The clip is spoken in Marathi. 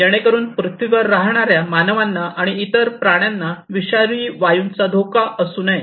जेणे करून पृथ्वीवर राहणाऱ्या मानवांना आणि इतर प्राण्यांना विषारी वायूंचा धोका असू नये